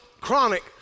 chronic